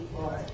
Lord